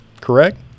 correct